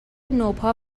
نوپا